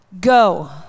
go